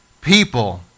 people